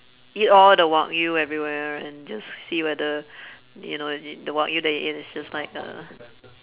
eat all the wagyu everywhere and just see whether you know if the wagyu that you ate is just like uh